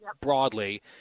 broadly